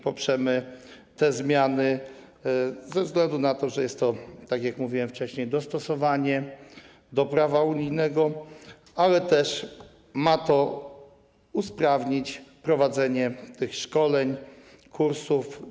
Poprzemy te zmiany ze względu na to, że jest to, tak jak mówiłem wcześniej, dostosowanie do prawa unijnego, ale też ma to usprawnić prowadzenie tych szkoleń i kursów.